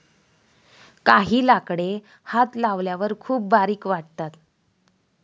काही लाकडे हात लावल्यावर खूप बारीक वाटतात